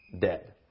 dead